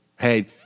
Hey